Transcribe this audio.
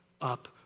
up